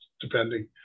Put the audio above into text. depending